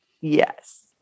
Yes